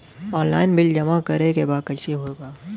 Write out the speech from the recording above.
Online bill जमा करे के बा कईसे होगा?